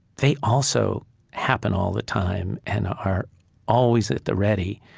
they also happen all the time, and are always at the ready,